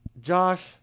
Josh